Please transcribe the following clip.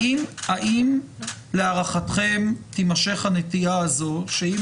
האם להערכתם תימשך הנטייה הזאת שאם